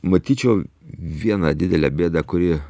matyčiau vieną didelę bėdą kuri